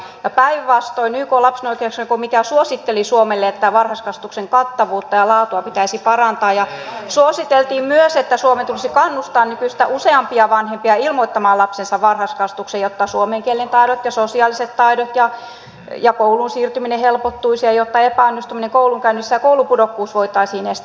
ja päinvastoin ykn lapsen oikeuksien komitea suositteli suomelle että varhaiskasvatuksen kattavuutta ja laatua pitäisi parantaa ja suositeltiin myös että suomen tulisi kannustaa nykyistä useampia vanhempia ilmoittamaan lapsensa varhaiskasvatukseen jotta suomen kielen taidot sosiaaliset taidot ja kouluun siirtyminen helpottuisivat ja jotta epäonnistuminen koulunkäynnissä ja koulupudokkuus voitaisiin estää